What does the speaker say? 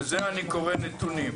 לזה אני קורא נתונים.